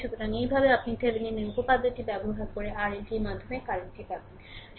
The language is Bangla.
সুতরাং এইভাবে আপনি থেভেনিনের উপপাদ্যটি ব্যবহার করে RLটির মাধ্যমে কারেন্ট টি পাবেন